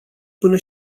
până